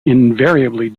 invariably